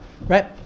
right